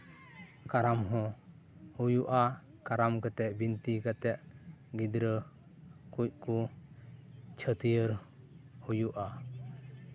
ᱠᱟᱨᱟᱢ ᱦᱚᱸ ᱦᱩᱭᱩᱜᱼᱟ ᱠᱟᱨᱟᱢ ᱠᱟᱛᱮᱫ ᱵᱤᱱᱛᱤ ᱠᱟᱛᱮᱫ ᱜᱤᱫᱽᱨᱟᱹ ᱠᱚᱠᱚ ᱪᱷᱟᱹᱴᱭᱟᱹᱨ ᱦᱩᱭᱩᱜᱼᱟ